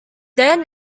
then